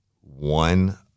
one